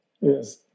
Yes